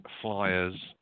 flyers